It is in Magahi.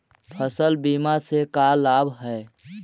फसल बीमा से का लाभ है?